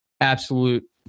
absolute